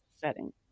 setting